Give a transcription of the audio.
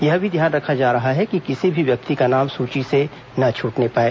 यह भी ध्यान रखा जा रहा है कि किसी भी व्यक्ति का नाम सूची से न छूटने पाए